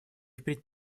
впредь